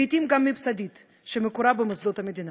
לעתים גם ממסדית, שמקורה במוסדות המדינה.